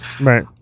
Right